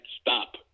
stop